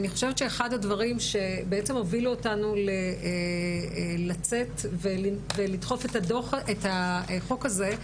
אני חושבת שאחד הדברים שבעצם הובילו אותנו לצאת ולדחוף את החוק הזה,